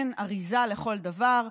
הם אריזה לכל דבר.